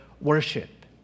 worship